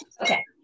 Okay